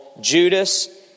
judas